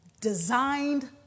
designed